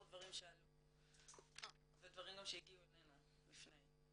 דברים שעלו ודברים שהגיעו גם אלינו לפני.